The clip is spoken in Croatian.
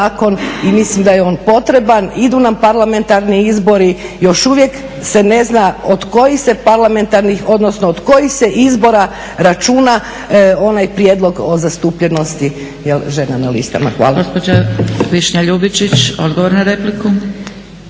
i mislim da je on potreban. Idu na parlamentarni izbor, još uvijek se ne zna od kojih se parlamentarnih, odnosno od kojih se izbora računa onaj prijedlog o zastupljenosti žena na listama. Hvala.